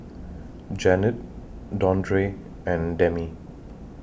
Janet Dondre and Demi